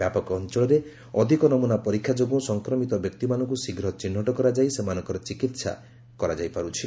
ବ୍ୟାପକ ଅଞ୍ଚଳରେ ଅଧିକ ନମ୍ରନା ପରୀକ୍ଷା ଯୋଗୁଁ ସଂକ୍ରମିତ ବ୍ୟକ୍ତିମାନଙ୍କୁ ଶୀଘ୍ର ଚିହ୍ନଟ କରାଯାଇ ସେମାନଙ୍କର ଚିକିତ୍ସା କରାଯାଇପାରୁଛି